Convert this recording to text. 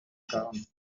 quarante